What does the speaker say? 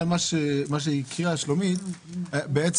עלתה שאלה לגבי המגזר הערבי.